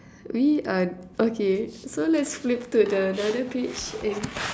we are okay so let's flip to the another page and